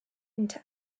into